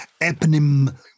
eponym